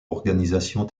organisation